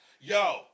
Yo